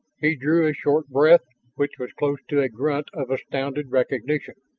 he drew a short breath which was close to a grunt of astounded recognition.